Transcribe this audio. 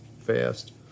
fast